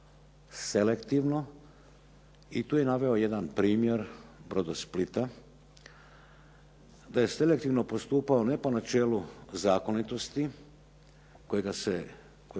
selektivno i tu je naveo jedan primjer Brodosplita, da je selektivno postupao ne po načelu zakonitosti koje je